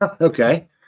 Okay